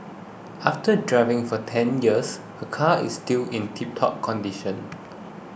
after driving for ten years her car is still in tiptop condition